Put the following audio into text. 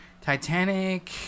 titanic